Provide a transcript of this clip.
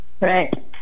Right